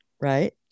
Right